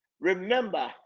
remember